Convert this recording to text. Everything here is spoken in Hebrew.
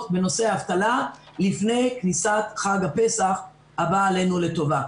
בנושא אבטלה לפני כניסת חג הפסח הבא עלינו לטובה.